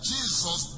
Jesus